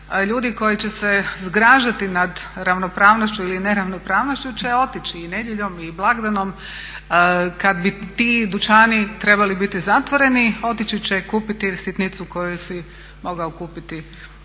ljudi koji će se zgražati nad ravnopravnošću ili neravnopravnošću će otići i nedjeljom i blagdanom kad bi ti dućani trebali biti zatvoreni, otići će kupiti sitnicu koju si mogao kupiti